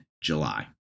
July